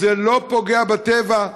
זה לא פוגע בטבע.